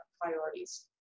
priorities